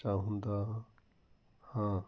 ਚਾਹੁੰਦਾ ਹਾਂ